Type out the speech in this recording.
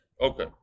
Okay